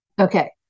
Okay